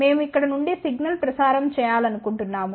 మేము ఇక్కడ నుండి సిగ్నల్ ప్రసారం చేయాలనుకుంటున్నాము